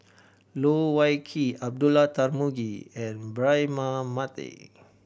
Loh Wai Kiew Abdullah Tarmugi and Braema Mathi